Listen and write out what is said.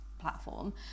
platform